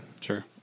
Sure